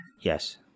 Yes